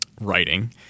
writing